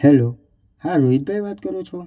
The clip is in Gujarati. હેલ્લો હા મિતભાઈ વાત કરો છો